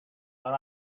but